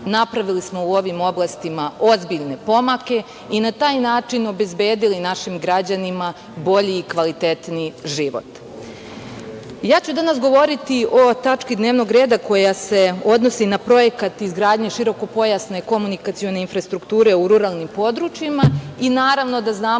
Napravili smo u ovim oblastima ozbiljne pomake i na taj način obezbedili našim građanima bolji i kvalitetniji život. Ja ću danas govoriti o tački dnevnog reda koja se odnosi na projekat izgradnje širokopojasne komunikacione infrastrukture u ruralnim područjima i naravno da znamo